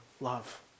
love